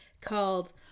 called